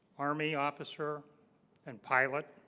army officer and pilot